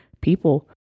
people